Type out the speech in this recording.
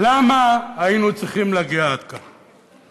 למה היינו צריכים להגיע עד כאן?